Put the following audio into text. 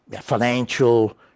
financial